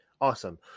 awesome